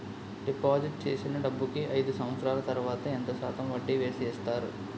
Deposit చేసిన డబ్బుకి అయిదు సంవత్సరాల తర్వాత ఎంత శాతం వడ్డీ వేసి ఇస్తారు?